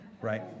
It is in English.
right